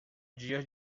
dia